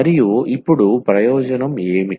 మరియు ఇప్పుడు ప్రయోజనం ఏమిటి